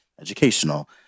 educational